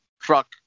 truck